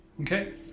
Okay